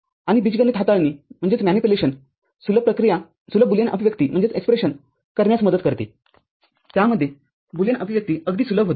आणि बीजगणित हाताळणी सुलभ बुलियन अभिव्यक्तीकरण्यास मदत करतेत्यामध्ये बुलियन अभिव्यक्ती अगदी सुलभ होते